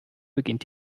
beginnt